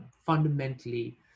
fundamentally